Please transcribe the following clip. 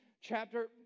chapter